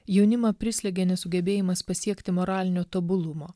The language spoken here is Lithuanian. jaunimą prislėgė nesugebėjimas pasiekti moralinio tobulumo